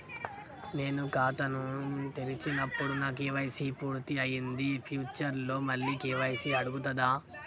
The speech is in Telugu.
నేను ఖాతాను తెరిచినప్పుడు నా కే.వై.సీ పూర్తి అయ్యింది ఫ్యూచర్ లో మళ్ళీ కే.వై.సీ అడుగుతదా?